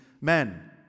men